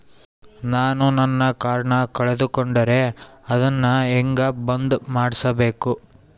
ನಾನು ನನ್ನ ಕಾರ್ಡನ್ನ ಕಳೆದುಕೊಂಡರೆ ಅದನ್ನ ಹೆಂಗ ಬಂದ್ ಮಾಡಿಸಬೇಕು?